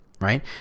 right